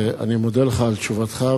אני מודה לך על תשובתך,